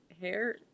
hair